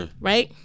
right